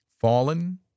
Fallen